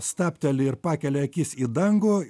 stabteli ir pakelia akis į dangų